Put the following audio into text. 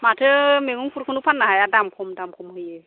माथो मैगंफोरखौनो फान्नो हाया दाम खम दाम खमहोयो